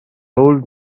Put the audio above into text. old